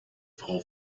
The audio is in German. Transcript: frau